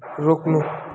रोक्नु